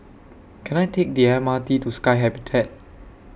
Can I Take The M R T to Sky Habitat